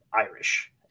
irish